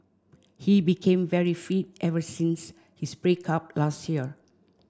he became very fit ever since his break up last year